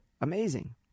Amazing